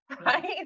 right